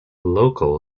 local